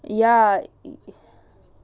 ya